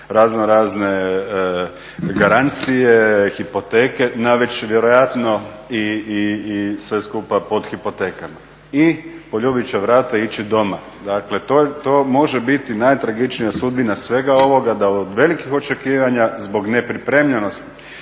raznorazne garancije, hipoteke, … vjerojatno i sve skupa pod hipotekama i poljubit će vrata i ići doma. Dakle to može biti najtragičnija sudbina svega ovoga, da od velikih očekivanja zbog nepripremljenosti